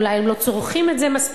אולי הם לא צורכים את זה מספיק,